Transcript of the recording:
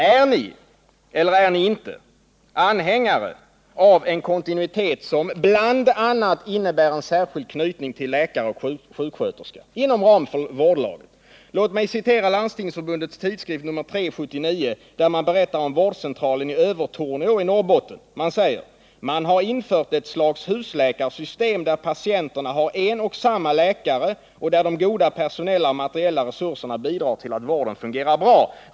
Är ni eller är ni inte anhängare av en kontinuitet som bl.a. innebär en särskild knytning till läkare och sjuksköterska? Låt mig citera Landstingsförbundets tidskrift nr 3/1979, där man berättar om vårdcentralen i Övertorneå i Norrbotten. Det heter där: ”Man har infört ett slags husläkarsystem där patienterna har en och samma läkare och där de goda personella och materiella resurserna bidrar till att vården fungerar bra.